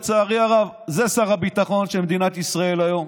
לצערי הרב, זה שר הביטחון של מדינת ישראל היום.